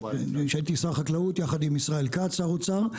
כשהייתי שר החקלאות יחד עם ישראל כץ שר האוצר,